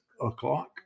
o'clock